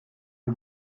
who